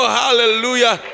hallelujah